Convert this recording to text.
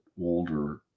older